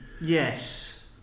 yes